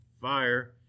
fire